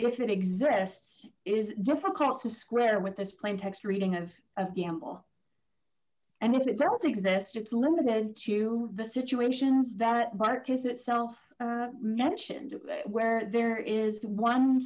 if it exists is difficult to square with this plain text reading of a gamble and if it doesn't exist it's limited to the situations that park is itself mentioned where there is one